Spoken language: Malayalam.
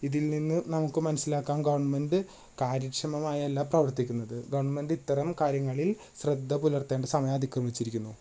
ഇതിൽ നിന്ന് നമുക്ക് മനസിലാക്കാം ഗവൺമെൻറ്റ് കാര്യക്ഷമമായല്ല പ്രവർത്തിക്കുന്നത് ഗവൺമെൻറ്റ് ഇത്തരം കാര്യങ്ങളിൽ ശ്രദ്ധപുലർത്തേണ്ട സമയം അതിക്രമിച്ചിരിക്കുന്നു